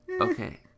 Okay